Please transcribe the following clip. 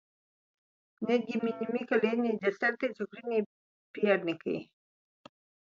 netgi minimi kalėdiniai desertai cukriniai piernikai